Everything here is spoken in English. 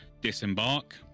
disembark